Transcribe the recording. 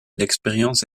l’expérience